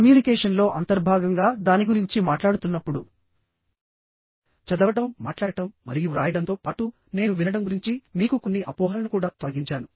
కమ్యూనికేషన్లో అంతర్భాగంగా దాని గురించి మాట్లాడుతున్నప్పుడు చదవడం మాట్లాడటం మరియు వ్రాయడంతో పాటు నేను వినడం గురించి మీకు కొన్ని అపోహలను కూడా తొలగించాను